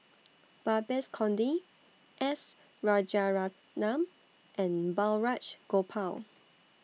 Babes Conde S Rajaratnam and Balraj Gopal